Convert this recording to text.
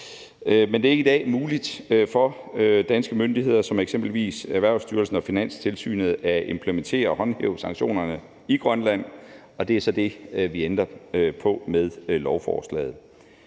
Men det er ikke muligt i dag for danske myndigheder som eksempelvis Erhvervsstyrelsen og Finanstilsynet at implementere og håndhæve sanktionerne i Grønland, og det er så det, vi ændrer på med lovforslaget.